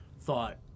thought